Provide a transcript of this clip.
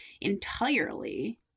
entirely